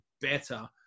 better